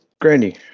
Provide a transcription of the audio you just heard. Granny